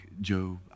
Job